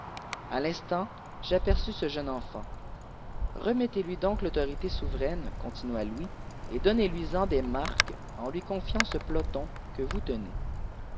a l'instant j'aperçus ce jeune enfant remettez lui donc l'autorité souveraine continua louis et donnez lui en des marques en lui confiant ce peloton que vous tenez